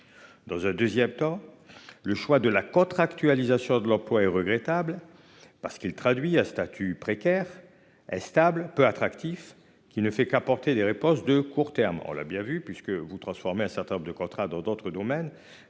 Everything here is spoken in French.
Dans un 2ème temps. Le choix de la contractualisation de l'emploi est regrettable parce qu'il traduit à statut précaire est stable peu attractif qui ne fait qu'apporter des réponses de court terme, on l'a bien vu puisque vous transformer un certain nombre de contrats dans d'autres domaines.